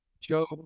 Job